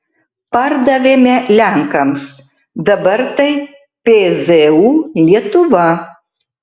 pardavėme lenkams dabar tai pzu lietuva